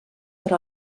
per